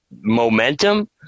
momentum